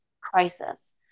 crisis